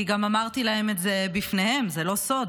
כי גם אמרתי להם את זה בפניהם, זה לא סוד: